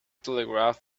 telegraph